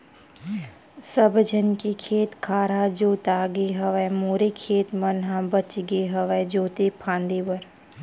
सब झन के खेत खार ह जोतागे हवय मोरे खेत मन ह बचगे हवय जोते फांदे बर